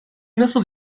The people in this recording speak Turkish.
nasıl